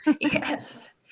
Yes